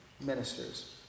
ministers